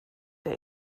der